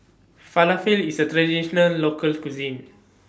Falafel IS A Traditional Local Cuisine